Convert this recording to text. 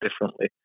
differently